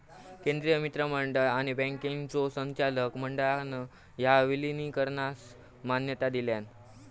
केंद्रीय मंत्रिमंडळ आणि बँकांच्यो संचालक मंडळान ह्या विलीनीकरणास मान्यता दिलान